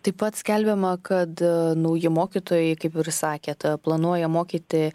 taip pat skelbiama kad nauji mokytojai kaip ir sakėt planuoja mokyti